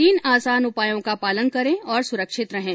तीन आसान उपायों का पालन करें और सुरक्षित रहें